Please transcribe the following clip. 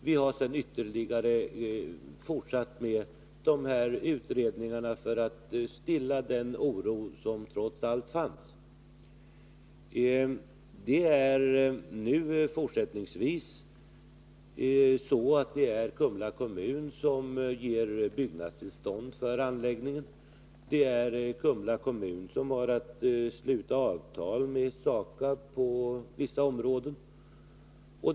Vi har sedan gått vidare med dessa utredningar för att stilla den oro som trots allt fanns. Fortsättningsvis är det Kumla kommun som ger byggnadstillstånd för anläggningen. Det är också Kumla kommun som på vissa områden har att sluta avtal med SAKAB.